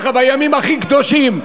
בימים הכי קדושים,